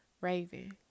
Raven